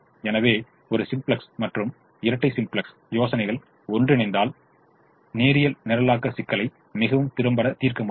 எனவே ஒரு சிம்ப்ளக்ஸ் மற்றும் இரட்டை சிம்ப்ளக்ஸின் யோசனைகள் ஒன்றிணைந்தால் நேரியல் நிரலாக்க சிக்கல்களை மிகவும் திறம்பட தீர்க்க முடியும்